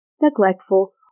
neglectful